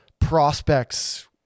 prospects